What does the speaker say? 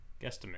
guesstimate